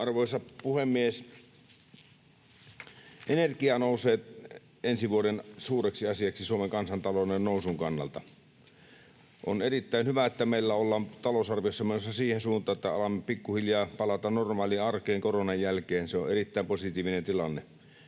Arvoisa puhemies! Energia nousee ensi vuoden suureksi asiaksi Suomen kansantalouden nousun kannalta. On erittäin hyvä, että meillä ollaan talousarviossa menossa siihen suuntaan, että alamme pikkuhiljaa palata normaaliarkeen koronan jälkeen. Se on erittäin positiivinen tilanne.